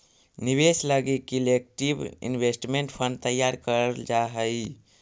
निवेश लगी collective investment fund तैयार करल जा हई